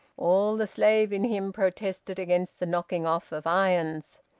all the slave in him protested against the knocking off of irons,